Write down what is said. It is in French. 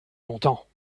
longtemps